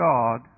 God